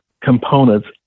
components